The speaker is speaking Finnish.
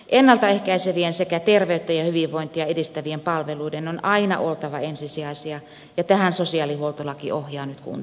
ennalta ehkäisevien sekä terveyttä ja hyvinvointia edistävien palveluiden on aina oltava ensisijaisia ja tähän sosiaalihuoltolaki ohjaa nyt kuntia